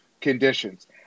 conditions